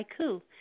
haiku